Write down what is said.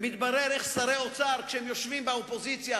מתברר איך כששרי אוצר יושבים באופוזיציה,